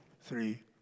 three